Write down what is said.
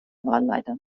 wahlleiter